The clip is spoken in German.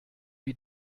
wie